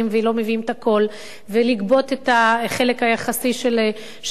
מביאים את הכול ולגבות את החלק היחסי של העלות.